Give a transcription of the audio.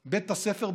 בית הספר,